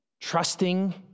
Trusting